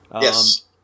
yes